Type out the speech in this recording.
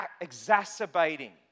exacerbating